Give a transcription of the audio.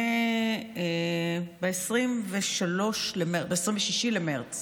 שב-26 במרץ